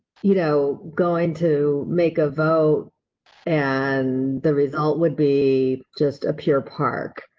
you know, going to make a vote and the result would be just a pure park.